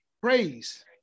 Praise